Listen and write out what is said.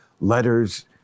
letters